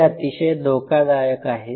हे अतिशय धोकादायक आहे